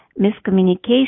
miscommunication